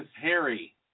Harry